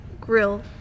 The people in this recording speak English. grill